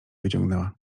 wyciągnęła